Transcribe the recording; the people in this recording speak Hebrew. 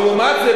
לעומת זה,